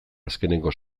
azkeneko